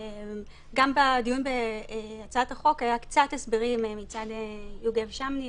גם בדיון בהצעת החוק היו קצת הסברים מצד יוגב שמני,